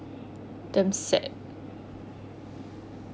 damn sad